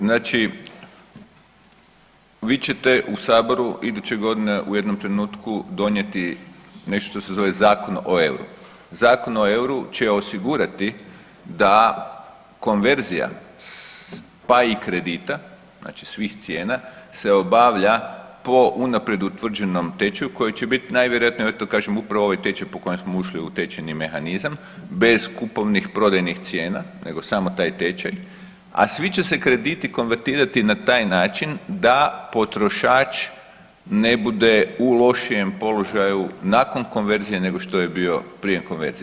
Znači vi ćete u Saboru iduće godine u jednom trenutku donijeti nešto što se Zove zakon o euru, Zakon o euru će osigurati da konverzija pa i kredita, znači svih cijena, se obavlja po unaprijed utvrđenom tečaju koji će bit najvjerojatnije … upravo ovaj tečaj po kojem smo ušli u tečajni mehanizam, bez kupovnih-prodajnih cijena nego samo taj tečaj, a svi će se krediti konvertirati na taj način da potrošač ne bude u lošijem položaju nakon konverzije nego što je bio konverzije.